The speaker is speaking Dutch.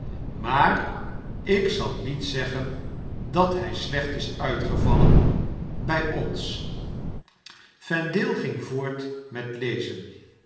maar ik zal niet zeggen dat hy slecht is uitgevallen by o n s vendale ging voort met lezen